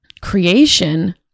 creation